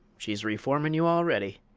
she's reformin' you already.